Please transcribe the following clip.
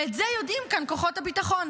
ואת זה יודעים כאן כוחות הביטחון.